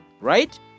right